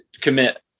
commit